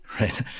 right